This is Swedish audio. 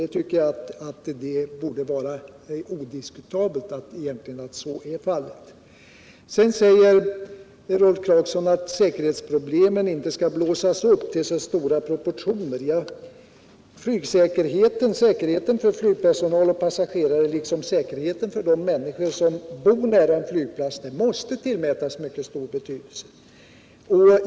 Jag tycker att det borde vara odiskutabelt att så är fallet. Rolf Clarkson sade också att säkerhetsproblemen inte skall blåsas upp till så stora proportioner. Men säkerheten för flygpersonal och passagerare liksom för dem som bor nära en flygplats måste tillmätas en mycket stor betydelse.